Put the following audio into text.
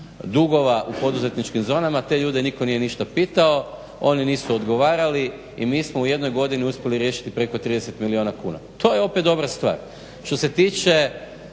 dugova u poduzetničkim zonama. Te ljude nitko nije ništa pitao, oni nisu odgovarali i mi smo u jednoj godini uspjeli riješiti preko 30 milijuna kuna. To je opet dobra stvar. Što se tiče